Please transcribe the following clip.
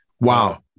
wow